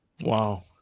Wow